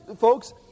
folks